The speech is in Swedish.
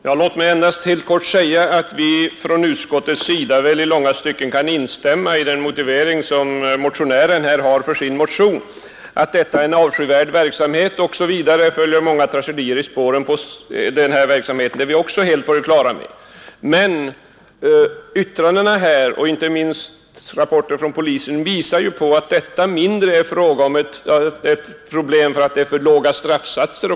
Fru talman! Låt mig endast helt kort säga att vi från utskottets sida i långa stycken kan instämma i den motivering som motionären har för sin motion. Att ocker är en avskyvärd verksamhet och att det ofta följer tragedier i spåren är vi också helt på det klara med. Yttrandena i ärendet och inte minst rapporter från polisen visar dock att detta mindre är en fråga om för låga straffsatser.